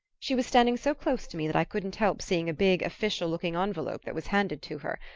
she was standing so close to me that i couldn't help seeing a big official-looking envelope that was handed to her.